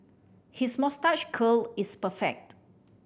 his moustache curl is perfect